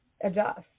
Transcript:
adjust